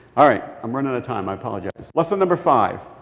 all right. i'm running out of time. i apologize. lesson number five.